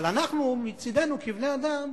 אבל אנחנו מצדנו, כבני-אדם,